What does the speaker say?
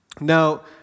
Now